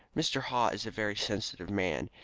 mr. haw is a very sensitive man.